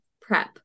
prep